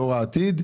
דור העתיד.